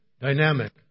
dynamic